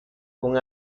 con